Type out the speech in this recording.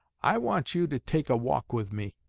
i want you to take a walk with me